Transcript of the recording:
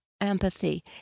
empathy